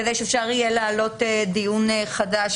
כדי שאפשר יהיה להעלות דיון חדש